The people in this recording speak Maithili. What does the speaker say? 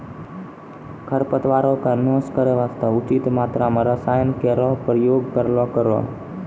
खरपतवारो क नाश करै वास्ते उचित मात्रा म रसायन केरो प्रयोग करलो करो